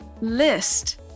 list